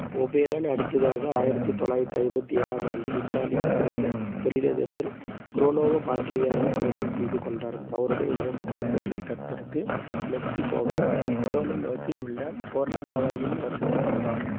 Oberon அடுத்ததாக ஆயிரத்தி தொள்ளாயிரத்தி ஐம்பத்தி ஏழாம் ஆண்டில் இத்தாலியில் பிறந்த தொழிலதிபர் ப்ரோனோவோ பாக்லியாயை திருமணம் செய்து கொண்டார் அவருடன் இரண்டு குழந்தைகளைத் தத்தெடுத்து மெக்ஸிகோவின் மொரோலோலோஸில் உள்ள கொர்னோகவாயில் வசித்து வந்தார்